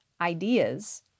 ideas